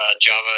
Java